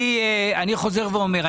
אני חוזר ואומר.